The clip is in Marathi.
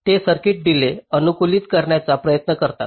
ते सर्किट डीलेय अनुकूलित करण्याचा प्रयत्न करतात